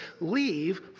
leave